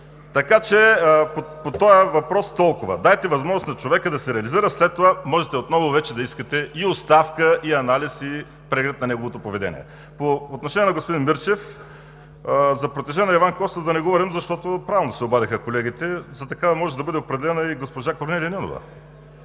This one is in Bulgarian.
така че по този въпрос толкова. Дайте възможност на човека да се реализира, след това можете отново вече да искате и оставка, и анализ, и преглед на неговото поведение. По отношение на господин Мирчев – за протеже на Иван Костов да не говорим, защото правилно се обадиха колегите, за такава може да бъде определена и госпожа Корнелия Нинова.